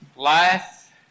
Life